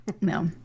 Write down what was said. No